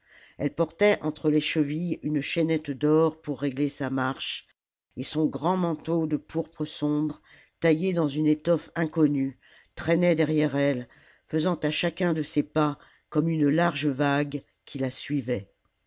elle portait entre les chevilles une chaînette d'or pour régler sa marche et son grand manteau de pourpre sombre taillé dans une étoffe inconnue traînait derrière elle faisant à chacun de ses pas comme une large vague qui la suivait